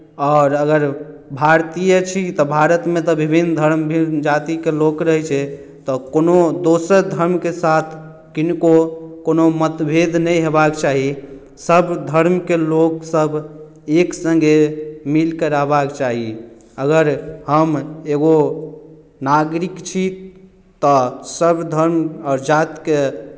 आओर अगर भारतीय छी तऽ भारतमे तऽ विभिन्न धर्म विभिन्न जातिके लोक रहैत छै तऽ कोनो दोसर धर्मके साथ किनको कोनो मतभेद नहि होयबाक चाही सभ धर्मके लोकसभ एक सङ्गे मिलि कऽ रहबाक चाही अगर हम एगो नागरिक छी तऽ सभ धर्म आओर जातिकेँ